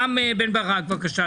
רם בן ברק, בבקשה.